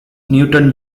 newton